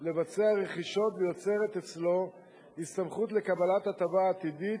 לבצע רכישות ויוצרת אצלו הסתמכות לקבלת הטבה עתידית,